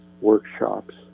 workshops